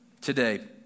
today